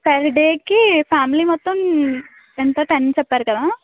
per డేకి family మొత్తం ఎంత టెన్ చెప్పారు కదా